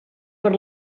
per